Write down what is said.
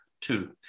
two